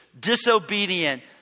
disobedient